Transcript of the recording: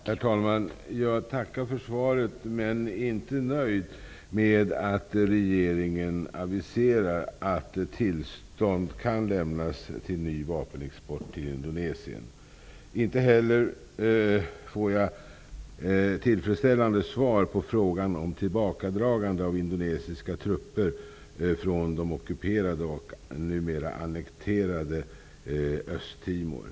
Herr talman! Jag tackar för svaret, men är inte nöjd med att regeringen aviserar att tillstånd kan lämnas till ny vapenexport till Indonesien. Inte heller får jag något tillfredsställande svar på frågan om tillbakadragande av indonesiska trupper från det ockuperade och numera annekterade Östtimor.